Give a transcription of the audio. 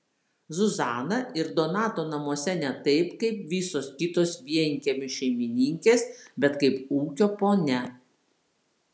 zuzana ir donato namuose ne taip kaip visos kitos vienkiemių šeimininkės bet kaip ūkio ponia